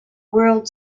world